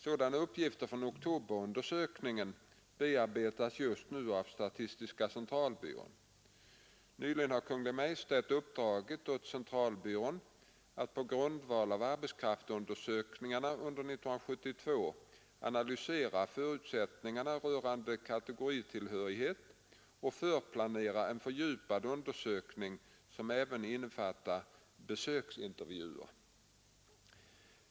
Sådana uppgifter från oktoberundersökningen bearbetas just nu av statistiska centralbyrån. Nyligen har Kungl. Maj:t uppdragit åt centralbyrån att på grundval av arbetskraftsundersökningarna under år 1972 analysera förändringar rörande kategoritillhörighet och förplanera en fördjupad undersökning som även innefattar besöksintervjuer.